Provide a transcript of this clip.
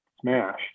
smashed